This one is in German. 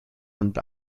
und